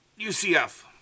UCF